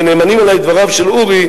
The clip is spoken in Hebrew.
ונאמנים עלי דבריו של אורי,